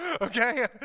Okay